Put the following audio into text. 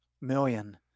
million